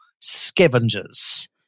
scavengers